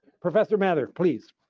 professor mather, please.